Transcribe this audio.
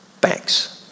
Banks